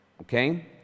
okay